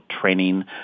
training